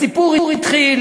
הסיפור התחיל